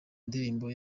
ndirimbo